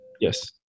Yes